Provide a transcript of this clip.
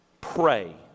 pray